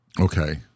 Okay